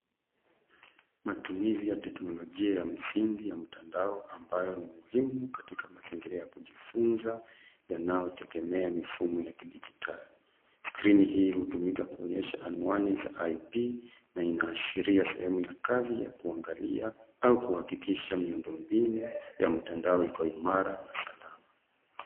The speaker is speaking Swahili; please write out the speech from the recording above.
Matumizi ya teknolojia ya msingi ya mtandao ambayo ni muhimu katika mazingira ya kujifunza yanayotegemea mifumo ya kidijitali. Skrini hii hutumika kuonyesha anwani za Rp na inaashiria sehemu ya kazi ya kuangalia au kuhakikisha miundo mbinu ya mtandao iko imara na sawa.